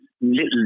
little